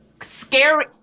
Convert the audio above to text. scary